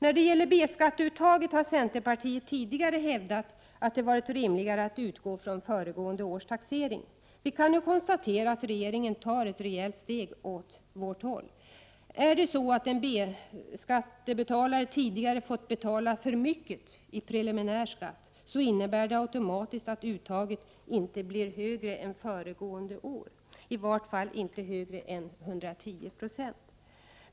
När det gäller B-skatteuttaget har centerpartiet tidigare hävdat att det varit 19 rimligare att utgå från föregående års taxering. Vi kan nu konstatera att regeringen tar ett rejält steg åt vårt håll. Är det så att en B-skattebetalare tidigare fått betala för mycket i preliminär skatt, innebär det automatiskt att uttaget inte blir högre än föregående år, i vart fall inte högre än 110 96.